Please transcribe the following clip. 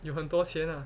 有很多钱啊